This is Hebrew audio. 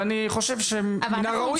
ואני חושב שמן הראוי.